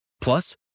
Plus